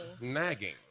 nagging